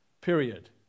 period